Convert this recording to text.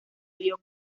río